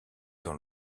dans